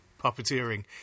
puppeteering